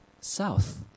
south